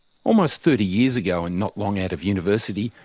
almost thirty years ago and not long out of university,